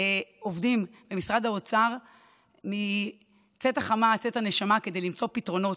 עובדים במשרד האוצר מצאת החמה עד צאת הנשמה כדי למצוא פתרונות.